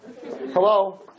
Hello